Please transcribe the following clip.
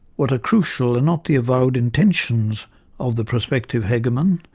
what are crucial are not the avowed intentions of the prospective hegemon,